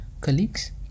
colleagues